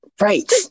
Right